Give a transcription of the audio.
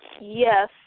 yes